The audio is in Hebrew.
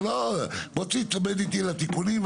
בוא תתאמן איתי על הטיפולים,